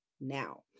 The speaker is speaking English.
now